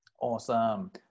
Awesome